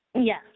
Yes